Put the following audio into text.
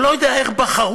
אני לא יודע איך בחרו,